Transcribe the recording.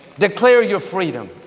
declare your freedom,